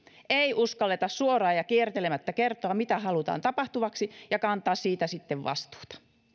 ei uskalleta suoraan ja kiertelemättä kertoa mitä halutaan tapahtuvaksi ja kantaa siitä sitten vastuuta